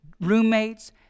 roommates